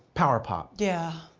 power pop. yeah.